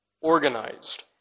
organized